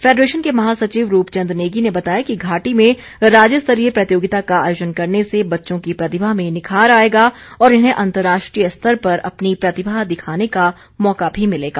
federation के महासचिव रूप चंद नेगी ने बताया कि घाटी में राज्य स्तरीय प्रतियोगिता का आयोजन करने से बच्चों की प्रतिभा में निखार आएगा और इन्हें अंतर्राष्ट्रीय स्तर पर अपनी प्रतिभा दिखाने का मौका भी मिलेगा